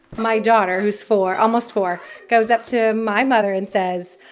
my daughter who's four almost four goes up to my mother and says,